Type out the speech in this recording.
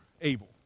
able